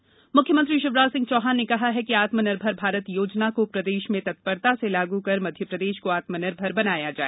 आत्मनिर्भर भारत अभियान मुख्यमंत्री शिवराज सिंह चौहान ने कहा है कि आत्मनिर्भर भारत योजना को प्रदेश में तत्परता से लागू कर मध्यप्रदेश को आत्मनिर्भर बनाया जाए